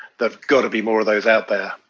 there've got to be more of those out there.